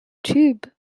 tube